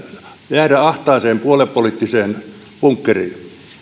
jäädä ahtaaseen puoluepoliittiseen bunkkeriin